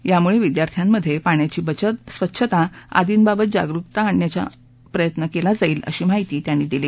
त्यामुळे विद्यार्थ्यांमधे पाण्याची बचत स्वच्छता आदिंबाबत जागरुकता आणण्याच्या प्रयत्न केला जाईल अशी माहिती त्यांनी दिली